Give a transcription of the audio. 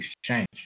exchange